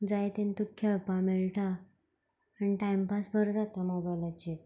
जाय तेन्ना तुका खेळपा मेळटा आनी टायमपास बरो जाता मोबायलाचेर